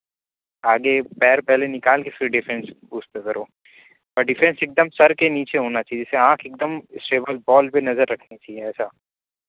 آگے پیر پہلے نکال کے پھر ڈیفینس اس پہ کرو اور ڈیفینس ایک دم سر کے نیچے ہونا چاہیے جیسے آنکھ ایک دم اسٹیبل بال پہ نظر رکھنی چاہیے ایسا